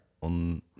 on